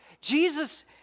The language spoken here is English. Jesus